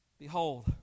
Behold